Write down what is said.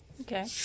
Okay